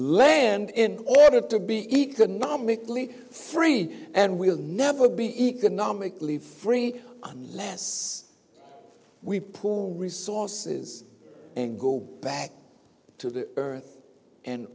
lend in order to be economically free and we'll never be economically free unless we pool resources and go back to the earth and